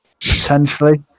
Potentially